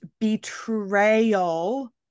betrayal